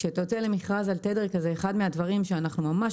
כשאתה יוצא למכרז על תדר כזה אחד הדברים שאנחנו ממש